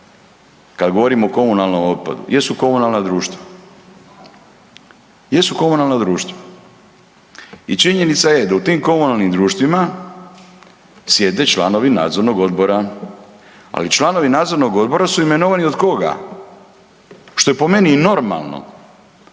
otpadu jesu komunalna društva, jesu komunalna društva. I činjenica je da u tim komunalnim društvima sjede članovi nadzornog odbora, ali članovi nadzornog odbora su imenovani od koga, što je po meni i normalno,